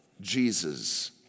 Jesus